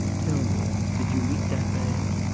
tell me, did you meet that man